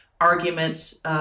arguments